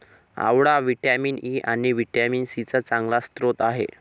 आवळा vitamin E आणि vitamin C चा चांगला स्रोत आहे